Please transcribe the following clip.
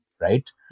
right